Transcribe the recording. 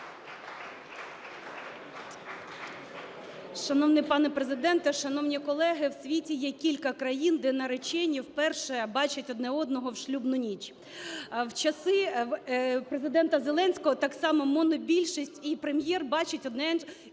Шановний пане Президенте, шановні колеги! У світі є кілька країн, де наречені вперше бачать одне одного в шлюбну ніч. У часи Президента Зеленського так само монобільшість і прем'єр бачать один